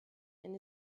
and